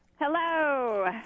Hello